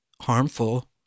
harmful